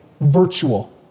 virtual